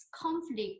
conflict